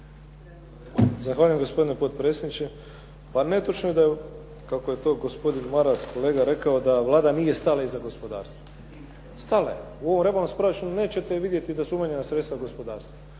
Zahvaljujem, gospodine potpredsjedniče. Pa netočno je, kako je to gospodin Maras kolega rekao, da Vlada nije stala iza gospodarstva. Stala je. U ovom rebalansu proračuna nećete vidjeti da su umanjena sredstva gospodarstva,